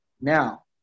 Now